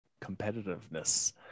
competitiveness